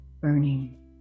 burning